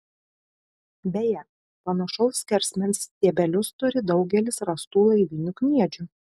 beje panašaus skersmens stiebelius turi daugelis rastų laivinių kniedžių